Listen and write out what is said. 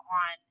on